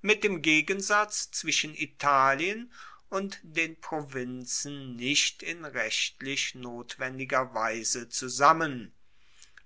mit dem gegensatz zwischen italien und den provinzen nicht in rechtlich notwendiger weise zusammen